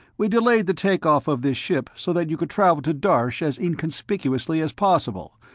we delayed the take-off of this ship, so that you could travel to darsh as inconspicuously as possible.